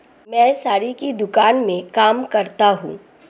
मैं साड़ी की दुकान में काम करता हूं